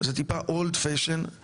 זה טיפה "old fashioned" (מיושן).